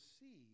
see